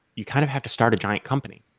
you kind of have to start a giant company,